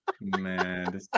Man